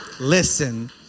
Listen